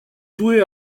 due